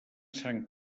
sant